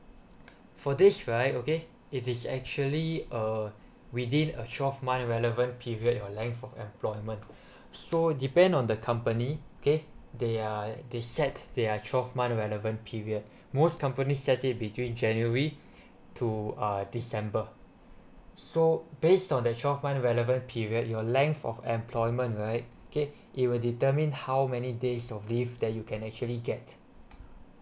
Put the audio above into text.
for this right okay it is actually uh within a twelve month relevant period your length of employment so depend on the company okay they are they set they are twelve month relevant period most companies set it between january to uh december so based on the twelve month relevant period your length of employment right okay it will determine how many days of leave that you can actually get